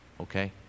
Okay